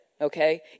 Okay